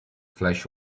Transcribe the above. flash